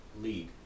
league